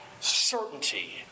certainty